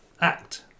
act